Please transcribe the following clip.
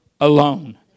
alone